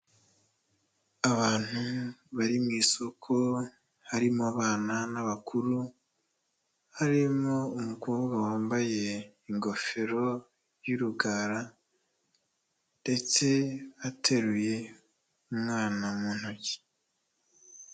Abantu bari mu isoko, harimo abana n'abakuru, harimo umukobwa wambaye ingofero y'urugara ndetse ateruye umwana mu ntoki.